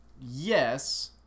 yes